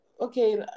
okay